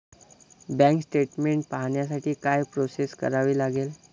Bank statement पाहण्यासाठी काय process करावी लागेल?